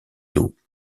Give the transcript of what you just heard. dos